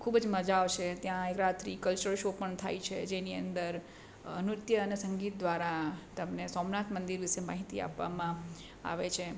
ખૂબ જ મજા આવશે ત્યાં એક રાત્રિ કલ્ચર શો પણ થાય છે જેની અંદર નૃત્ય અને સંગીત દ્વારા તમને સોમનાથ મંદિર વિષે માહિતી આપવામાં આવે છે